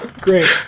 Great